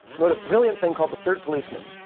wrote a brilliant thing called the third policeman,